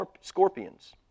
scorpions